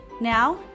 Now